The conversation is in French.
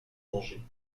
danger